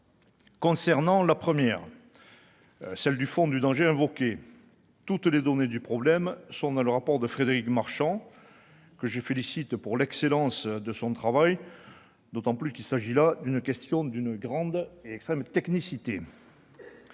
question de fond, celle du danger invoqué. Toutes les données du problème sont dans le rapport de Frédéric Marchand, que je félicite de l'excellence de son travail, d'autant plus qu'il s'agit d'une question d'une extrême technicité.